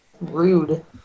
rude